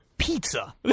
Pizza